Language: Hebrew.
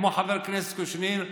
כמו חבר הכנסת קושניר,